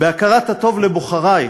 בהכרת הטוב לבוחרי,